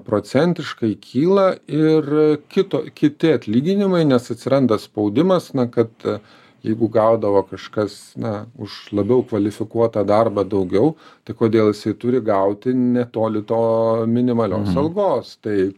procentiškai kyla ir kito kiti atlyginimai nes atsiranda spaudimas na kad jeigu gaudavo kažkas na už labiau kvalifikuotą darbą daugiau tai kodėl jisai turi gauti netoli to minimalios algos tai